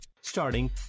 Starting